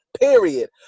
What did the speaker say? period